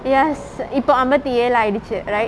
yes இப்ப அம்பத்தி ஏழாயிடுச்சி:ippa ambathi ezhaayiduchi right